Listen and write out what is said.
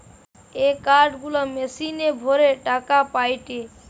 এ card গুলা মেশিনে ভরে টাকা পায়টে